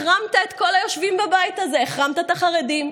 החרמת את כל היושבים בבית הזה: החרמת את החרדים,